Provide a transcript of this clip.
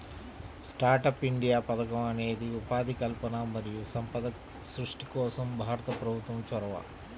startup India పథకం అనేది ఉపాధి కల్పన మరియు సంపద సృష్టి కోసం భారత ప్రభుత్వం చొరవ